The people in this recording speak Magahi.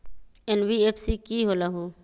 एन.बी.एफ.सी का होलहु?